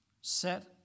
Set